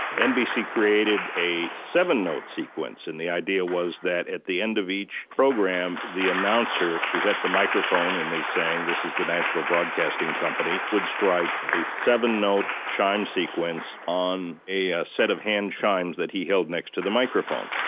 nbc created a seven-note sequence. and the idea was that at the end of each program the announcer was at the microphone and was saying this is the national broadcasting company would strike a seven-note chime sequence on a a set of hand chimes that he held next to the microphone